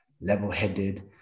level-headed